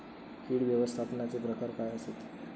कीड व्यवस्थापनाचे प्रकार काय आसत?